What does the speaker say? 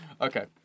Okay